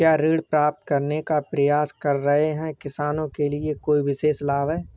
क्या ऋण प्राप्त करने का प्रयास कर रहे किसानों के लिए कोई विशेष लाभ हैं?